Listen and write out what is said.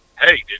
hey